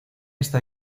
está